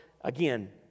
Again